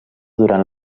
durant